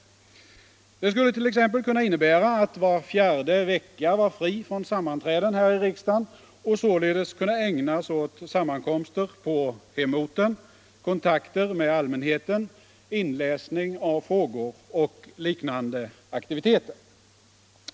Detta skulle t.ex. kunna innebära att var fjärde vecka var fri från sammanträden här i riksdagen och således kunde ägnas åt sammankomster på hemorten, kontakter med allmänheten, inläsning av frågor och liknande aktiviteter.